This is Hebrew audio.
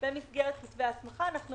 לא